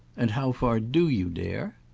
and how far do you dare?